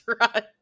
right